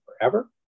forever